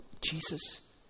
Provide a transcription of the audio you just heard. Jesus